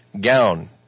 gown